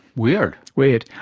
weird. weird.